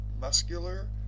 muscular